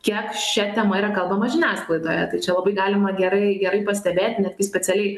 kiek šia tema yra kalbama žiniasklaidoje tai čia labai galima gerai gerai pastebėt netgi specialiai